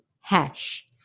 hash